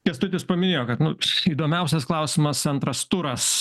kęstutis paminėjo kad nu įdomiausias klausimas antras turas